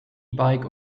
bike